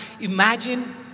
imagine